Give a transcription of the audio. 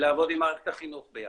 לעבוד עם מערכת החינוך ביחד.